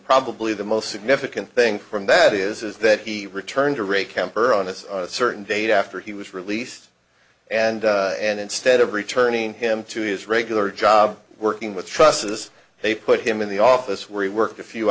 probably the most significant thing from that is that he returned or a camper on this on a certain date after he was released and and instead of returning him to his regular job working with trust as they put him in the office where he worked a few